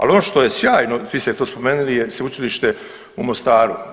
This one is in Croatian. Ali ono što je sjajno, vi ste to spomenuli je Sveučilište u Mostaru.